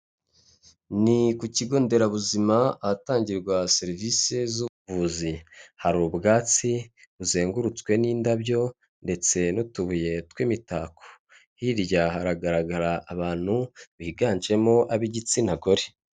Ni ku kigo nderabuzima ahatangirwa serivisi z'ubuvuzi, hari ubwatsi buzengurutswe n'indabyo ndetse n'utubuye tw'imitako, hirya haragaragara abantu biganjemo ab'igitsina gore.